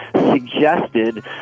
suggested